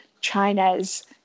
China's